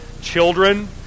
children